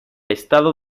estado